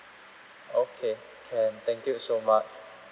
okay can thank you so much